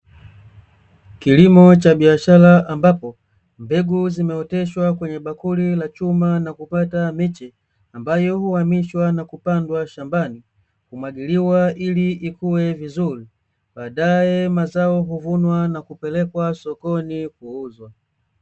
Kilimo cha biashara ambapo mbegu zimeoteshwa kwenye bakuli la chuma na kupata miche ambayo huamishwa na kupandwa shambani, humwagiliwa ili ikue vizuri, baadae mazao huvunwa na kupelekwa sokoni kuuzwa.